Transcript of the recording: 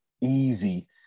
easy